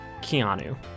Keanu